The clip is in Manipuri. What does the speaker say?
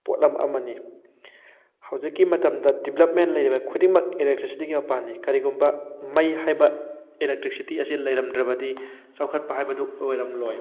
ꯄꯣꯠꯂꯝ ꯑꯃꯅꯤ ꯍꯧꯖꯤꯛꯀꯤ ꯃꯇꯝꯗ ꯗꯤꯕꯂꯞꯃꯦꯟ ꯂꯩꯔꯤꯕ ꯈꯨꯗꯤꯡꯃꯛ ꯏꯂꯦꯛꯇ꯭ꯔꯤꯁꯤꯇꯤꯒꯤ ꯃꯄꯥꯜꯅꯤ ꯀꯔꯤꯒꯨꯝꯕ ꯃꯩ ꯍꯥꯏꯕ ꯏꯂꯦꯛꯇ꯭ꯔꯤꯛꯁꯤꯇꯤ ꯑꯁꯤ ꯂꯩꯔꯝꯗ꯭ꯔꯕꯗꯤ ꯆꯥꯎꯈꯠꯄ ꯍꯥꯏꯕꯗꯨ ꯑꯣꯏꯔꯝꯂꯣꯏ